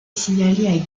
signalés